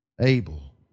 Abel